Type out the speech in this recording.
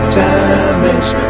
damage